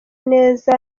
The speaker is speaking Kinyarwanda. neza